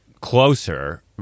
closer